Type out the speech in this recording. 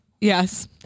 Yes